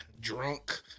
Drunk